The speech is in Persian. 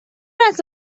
است